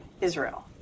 Israel